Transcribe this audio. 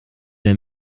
der